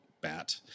bat